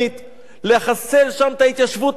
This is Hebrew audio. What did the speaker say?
לחסל שם את ההתיישבות העובדת,